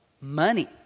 money